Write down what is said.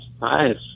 nice